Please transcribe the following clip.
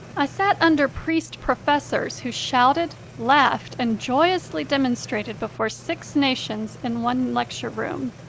i sat under priest-professors who shouted, laughed, and joyously demonstrated before six nations in one lecture room.